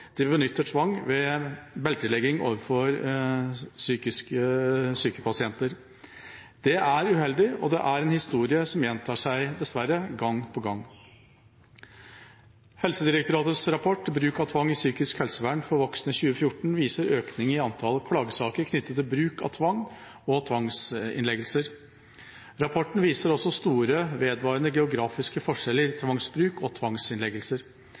de benytter tvang ved beltelegging overfor psykisk syke pasienter. Det er uheldig, og det er en historie som dessverre gjentar seg gang på gang. Helsedirektoratets rapport Bruk av tvang i psykisk helsevern for voksne 2014 viser en økning i antallet klagesaker knyttet til bruk av tvang og tvangsinnleggelser. Rapporten viser også store vedvarende geografiske forskjeller i tvangsbruk og tvangsinnleggelser.